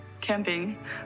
camping